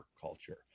culture